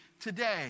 today